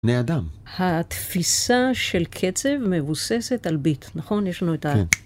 בני אדם התפיסה של קצב מבוססת על ביט נכון? יש לנו את ה...